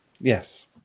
Yes